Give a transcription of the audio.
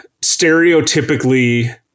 stereotypically